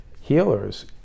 healers